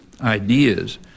ideas